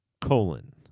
colon